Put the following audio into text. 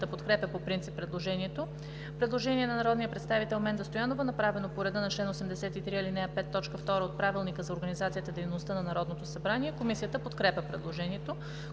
подкрепя по принцип предложението. Предложение на народния представител Менда Стоянова, направено по реда на чл. 83, ал. 5, т. 2 от Правилника за организацията и дейността на Народното събрание. Комисията подкрепя предложението.